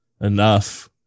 enough